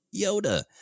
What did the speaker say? Yoda